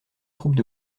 troupes